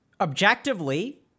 objectively